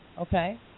Okay